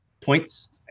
points